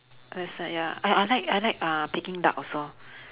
ya I I like I like uh peking duck also